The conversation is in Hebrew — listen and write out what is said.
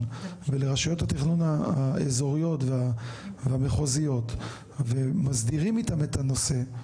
ולרשויות התכנון האזוריות והמחוזיות ומסדירים איתם את הנושא.